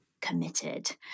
committed